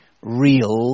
real